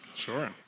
Sure